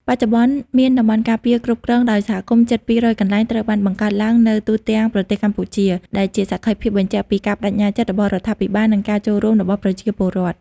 បច្ចុប្បន្ន មានតំបន់ការពារគ្រប់គ្រងដោយសហគមន៍ជិត ២០០ កន្លែងត្រូវបានបង្កើតឡើងនៅទូទាំងប្រទេសកម្ពុជា ដែលជាសក្ខីភាពបញ្ជាក់ពីការប្ដេជ្ញាចិត្តរបស់រដ្ឋាភិបាល និងការចូលរួមរបស់ប្រជាពលរដ្ឋ។